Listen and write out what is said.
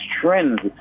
trends